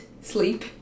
sleep